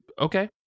Okay